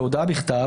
בהודעה בכתב,